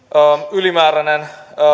ylimääräinen